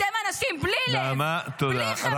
אתם אנשים בלי לב -- נעמה, תודה רבה.